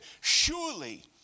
Surely